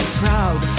proud